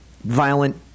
violent